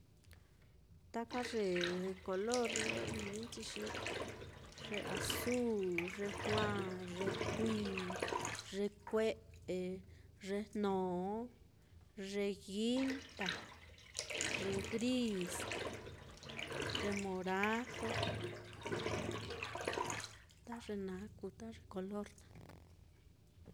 Taka ye kolor lo ininchi xi ye azul, ye juaa, ye kui, ye kue'e, ye jno, ye guunda, ye gris, ye morado, ta ye naá kuu ye kolor naá.